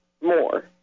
more